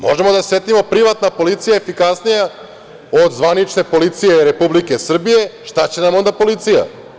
Možemo da se setimo, privatna policija je efikasnija od zvanične policije Republike Srbije, šta će nam onda policija?